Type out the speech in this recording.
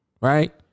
right